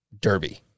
Derby